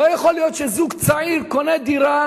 לא יכול להיות שזוג צעיר קונה דירה